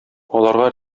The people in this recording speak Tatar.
аларга